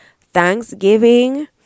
thanksgiving